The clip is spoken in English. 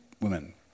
women